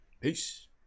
Peace